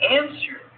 answer